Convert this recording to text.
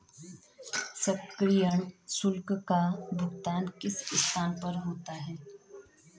सक्रियण शुल्क का भुगतान किस स्थान पर होता है?